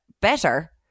better